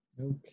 Okay